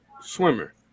swimmer